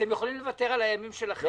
אתם יכולים לוותר על הימים שלכם,